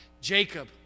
Jacob